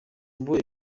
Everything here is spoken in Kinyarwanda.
ubuhe